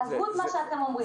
עזבו את מה שאתם אומרים.